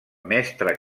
mestre